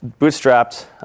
bootstrapped